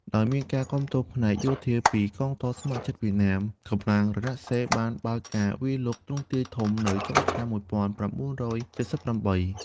ដោយមានការគាំទ្រផ្នែកយោធាពីកងទ័ពស្ម័គ្រចិត្តវៀតណាម កម្លាំងរណសិរ្សបានបើកការវាយលុកទ្រង់ទ្រាយធំនៅចុងឆ្នាំ ១៩៧៨។